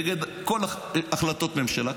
נגד כל החלטות ממשלה,